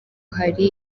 hari